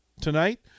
tonight